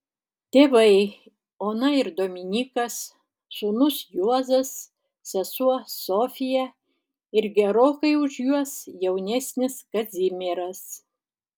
tėvai ona ir dominykas sūnus juozas sesuo sofija ir gerokai už juos jaunesnis kazimieras